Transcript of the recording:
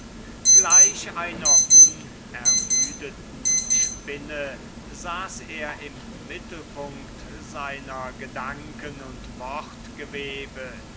gleich einer unermüdeten spinne saß er im mittelpunct seiner gedanken und